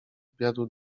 obiadu